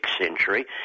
century